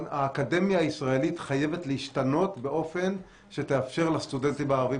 האקדמיה הישראלית חייבת להשתנות באופן שתאפשר לסטודנטים הערבים